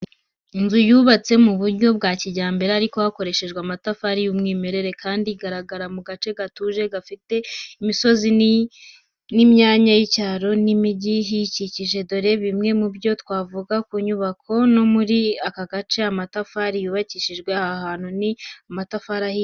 Inzu yubatse mu buryo bwa kijyambere ariko hakoreshejwe amatafari y’umwimerere, kandi igaragara mu gace gatuje gafite imisozi n’imyanya y’icyaro n’iy’imijyi iyikikije. Dore bimwe mu byo twavuga ku nyubako no muri akagace, amatafari yubakishijwe aha hantu ni amatafari ahiye.